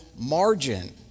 margin